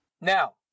Now